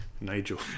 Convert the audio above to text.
Nigel